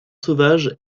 sauvage